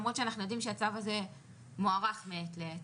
למרות שאנחנו יודעים שהצו הזה מוארך מעת לעת.